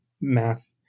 math